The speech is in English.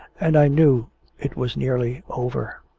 and i knew it was nearly over.